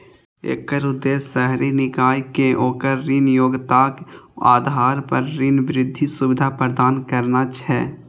एकर उद्देश्य शहरी निकाय कें ओकर ऋण योग्यताक आधार पर ऋण वृद्धि सुविधा प्रदान करना छै